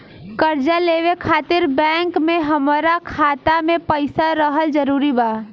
कर्जा लेवे खातिर बैंक मे हमरा खाता मे पईसा रहल जरूरी बा?